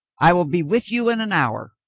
i will be with you in an hour,